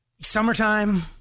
summertime